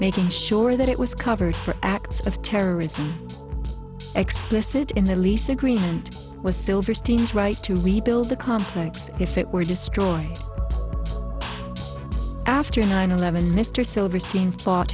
making sure that it was covered acts of terrorism explicit in the lease agreement was silverstein's right to rebuild the complex if it were destroyed after nine eleven mr silverstein fought